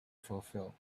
fulfill